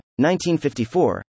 1954